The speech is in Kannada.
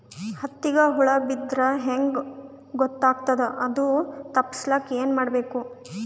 ಹತ್ತಿಗ ಹುಳ ಬಿದ್ದ್ರಾ ಹೆಂಗ್ ಗೊತ್ತಾಗ್ತದ ಅದು ತಪ್ಪಸಕ್ಕ್ ಏನ್ ಮಾಡಬೇಕು?